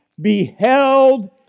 beheld